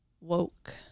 woke